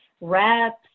reps